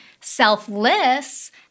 Selfless